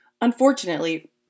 Unfortunately